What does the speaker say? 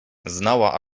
znała